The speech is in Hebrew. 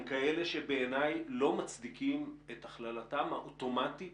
כאלה שבעיני לא מצדיקים את הכללתם האוטומטית